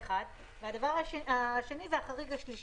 והדבר השני זה החריג השלישי.